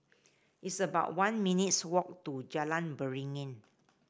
it's about one minutes' walk to Jalan Beringin